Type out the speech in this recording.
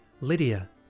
Lydia